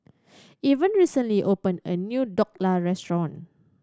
Evan recently opened a new Dhokla Restaurant